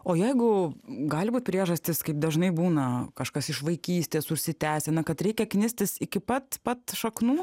o jeigu gali būt priežastys kaip dažnai būna kažkas iš vaikystės užsitęsę na kad reikia knistis iki pat pat šaknų